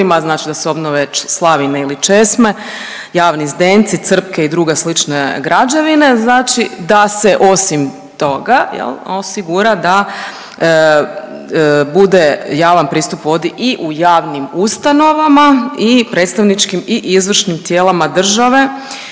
znači da se obnove slavine ili česme, javni zdenci, crpke i druge slične građevine, znači da se osim toga jel, osigura da bude javan pristup vodi u javnim ustanovama i predstavničkim i izvršnim tijelama države